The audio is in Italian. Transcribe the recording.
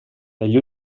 negli